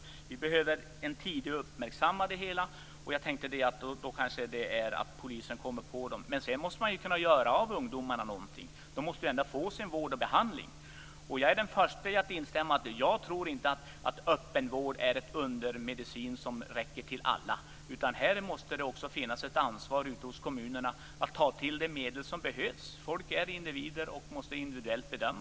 Vi behöver uppmärksamma det hela tidigt. Jag tänkte att det kanske innebär att polisen kommer på dem. Men sedan måste man ju kunna göra någonting för ungdomarna. De måste ändå få sin vård och behandling. Jag är den förste att instämma i att öppenvård inte är en undermedicin som räcker för alla. Här måste också finnas ett ansvar ute hos kommunerna att ta till de medel som behövs. Människor är individer och måste bedömas individuellt.